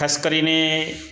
ખાસ કરીને